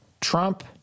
trump